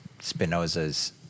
Spinoza's